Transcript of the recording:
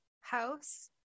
house